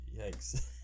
yikes